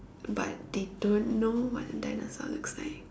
but they don't know what a dinosaur looks like